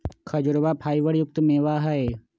खजूरवा फाइबर युक्त मेवा हई